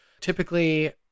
typically